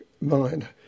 mind